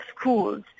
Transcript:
schools